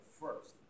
first